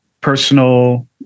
personal